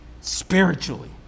Spiritually